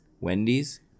Wendy's